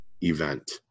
event